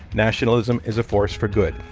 nationalism is a force for good.